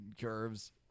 curves